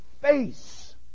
face